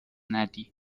ندهی